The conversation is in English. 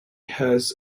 has